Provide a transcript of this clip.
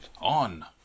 on